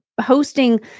hosting